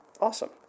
Awesome